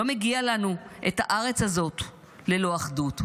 לא מגיע לנו את הארץ הזאת ללא אחדות.